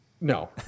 No